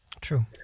True